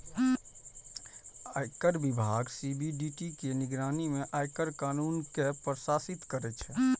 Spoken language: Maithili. आयकर विभाग सी.बी.डी.टी के निगरानी मे आयकर कानून कें प्रशासित करै छै